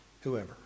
Whoever